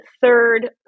third